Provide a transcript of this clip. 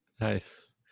Nice